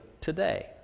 today